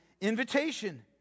invitation